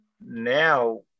now